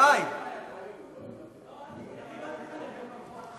ואת לא תאיימי עליי.